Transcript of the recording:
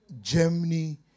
Germany